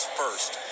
first